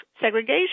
segregation